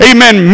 Amen